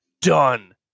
Done